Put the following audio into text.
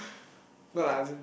ya